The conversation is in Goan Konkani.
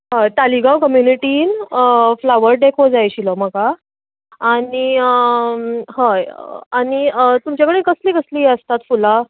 हय तालीगांव कम्युनिटीन फ्लावर डॅको जाय आशिल्लो म्हाका आनी हय आनी तुमच्या कडेन कसलीं कसलीं आसतात फुलां